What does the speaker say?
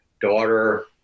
daughter